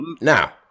Now